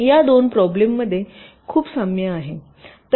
या 2 प्रॉब्लेममधे खूप साम्य आहे